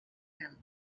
and